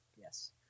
Yes